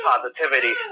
positivity